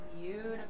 Beautiful